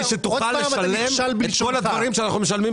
שתוכל לשלם את כל הדברים שאנחנו משלמים.